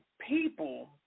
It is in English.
people